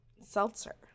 seltzer